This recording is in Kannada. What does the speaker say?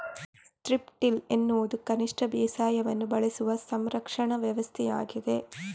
ಸ್ಟ್ರಿಪ್ ಟಿಲ್ ಎನ್ನುವುದು ಕನಿಷ್ಟ ಬೇಸಾಯವನ್ನು ಬಳಸುವ ಸಂರಕ್ಷಣಾ ವ್ಯವಸ್ಥೆಯಾಗಿದೆ